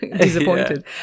disappointed